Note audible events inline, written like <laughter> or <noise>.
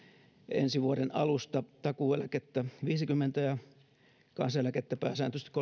ensi vuoden alusta takuueläkettä viisikymmentä ja kansaneläkettä pääsääntöisesti <unintelligible>